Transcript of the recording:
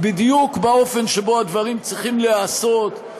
בדיוק באופן שבו הדברים צריכים להיעשות.